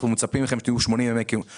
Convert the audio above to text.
מצפים מהם שהם יהיו בכוננות 80 ימים בשנה.